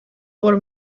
por